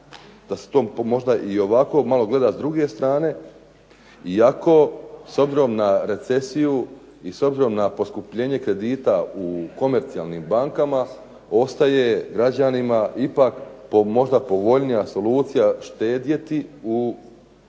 da se ovako to malo gleda s druge strane, iako s obzirom na recesiju i s obzirom na poskupljenje kredita u komercijalnim bankama ostaje građanima ipak po možda povoljnija solucija štedjeti u stambenim